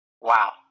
Wow